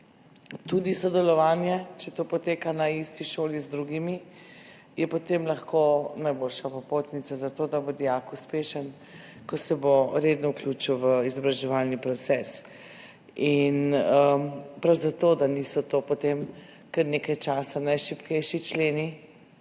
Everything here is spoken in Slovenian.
tudi sodelovanje z drugimi, če to poteka na isti šoli, je potem lahko najboljša popotnica, zato da bo dijak uspešen, ko se bo redno vključil v izobraževalni proces. Prav zato, da niso to potem kar nekaj časa najšibkejši členi,